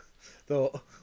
Thought